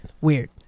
weird